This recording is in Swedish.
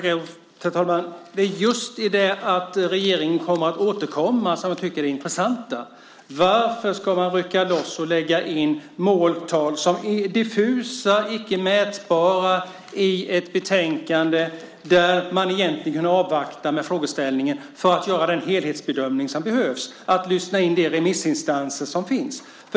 Herr talman! Det är just det att regeringen kommer att återkomma som jag tycker är det intressanta. Varför ska man rycka loss och lägga in måltal som är diffusa, inte mätbara, i ett betänkande där man egentligen avvaktar med frågeställningen för att göra den helhetsbedömning som behövs och lyssna in de remissinstanser som finns?